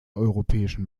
europäischen